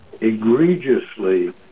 egregiously